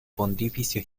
pontificio